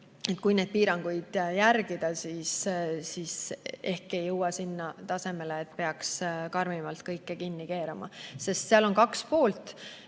kui neid piiranguid järgida, siis ehk ei jõua sinna tasemele, et peaks karmimalt kõike kinni keerama. Seal on kaks poolt: